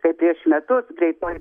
kai prieš metus greitoji